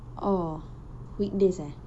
oh weekdays ah